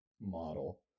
model